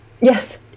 yes